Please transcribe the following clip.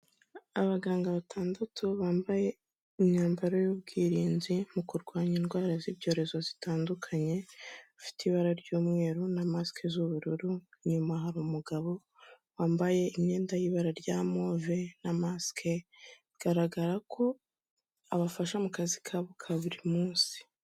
Abaganga batandatu bambaye imyambaro y'ubwirinzi mu kurwanya indwara z'ibyorezo zitandukanye, ifite ibara ry'umweru na masike z'ubururu, inyuma hari umugabo wambaye imyenda y'ibara rya move na masike, bigaragara ko abafasha mu kazi kabo ka buri munsi.